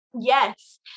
Yes